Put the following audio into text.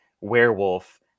werewolf